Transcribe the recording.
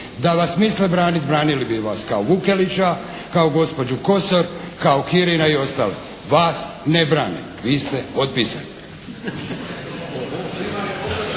Da vas misle braniti branili bi vas kao Vukelića, kao gospođu Kosor, kao Kirina i ostale. Vas ne brane. Vi ste otpisani.